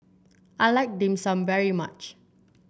I like Dim Sum very much